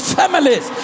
families